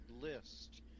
list